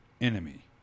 enemy